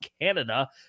Canada